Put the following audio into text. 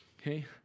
okay